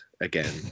again